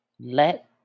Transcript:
Let